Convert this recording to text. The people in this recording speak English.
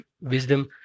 wisdom